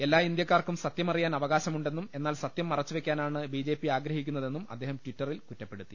എല്ലാ ഇന്ത്യക്കാർക്കും സത്യമറിയാൻ അവ കാശമുണ്ടെന്നും എന്നാൽ സത്യം മറിച്ചുവെക്കാനാണ് ബി ജെ പി ആഗ്രഹിക്കുന്നതെന്നും അദ്ദേഹം ടിറ്ററിൽ കുറ്റപ്പെടുത്തി